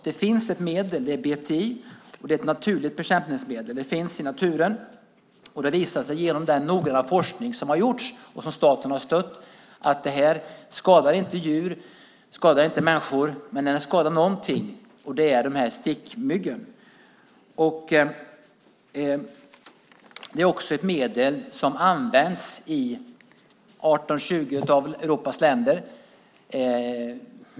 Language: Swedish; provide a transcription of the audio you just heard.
Det finns ett medel, BTI, och det är ett naturligt bekämpningsmedel. Det finns i naturen. Och det visar sig genom den noggranna forskning som har gjorts, och som staten har stött, att det inte skadar djur och människor, men det skadar någonting och det är de här stickmyggen. Det är också ett medel som används i 18-20 av Europas länder.